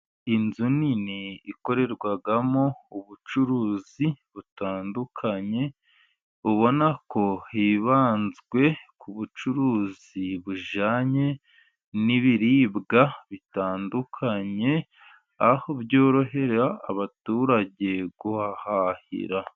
Inzu nini ikorerwamo ubucuruzi butandukanye, ubona ko hibanzwe ku bucuruzi bujyanye n'ibiribwa bitandukanye, aho byorohera abaturage guhahira.